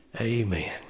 Amen